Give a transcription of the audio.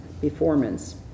performance